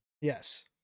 Yes